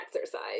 exercise